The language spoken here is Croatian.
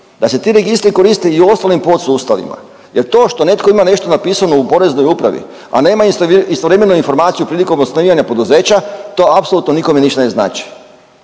da se ti registri koriste i u ostalim podsustavima. Jer to što netko ima nešto napisano u Poreznoj upravi, a nema istovremeno informaciju prilikom osnivanja poduzeća to apsolutno nikome ništa ne znači.